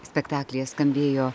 spektaklyje skambėjo